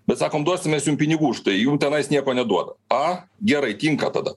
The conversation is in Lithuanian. bet sakom duosim mes jum pinigų už tai jum tenais nieko neduoda a gerai tinka tada